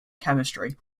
chemistry